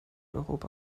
europa